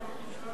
לא פרוסת לחם.